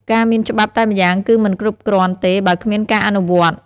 ការមានច្បាប់តែម្យ៉ាងគឺមិនគ្រប់គ្រាន់ទេ បើគ្មានការអនុវត្ត។